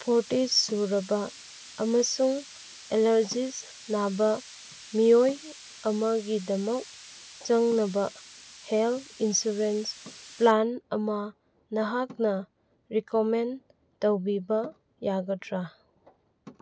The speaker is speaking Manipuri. ꯐꯣꯔꯇꯤꯁ ꯁꯨꯔꯕ ꯑꯃꯁꯨꯡ ꯑꯦꯂꯔꯖꯤꯁ ꯅꯥꯕ ꯃꯤꯑꯣꯏ ꯑꯃꯒꯤꯗꯃꯛ ꯆꯥꯟꯅꯕ ꯍꯦꯜꯊ ꯏꯟꯁꯨꯔꯦꯟꯁ ꯄ꯭ꯂꯥꯟ ꯑꯃ ꯅꯍꯥꯛꯅ ꯔꯤꯀꯝꯃꯦꯟ ꯇꯧꯕꯤꯕ ꯌꯥꯒꯗ꯭ꯔꯥ